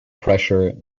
pressure